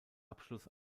abschluss